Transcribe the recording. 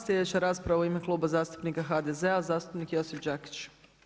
Sljedeća rasprava u ime Kluba zastupnika HDZ-a, zastupnik Josip Đakić.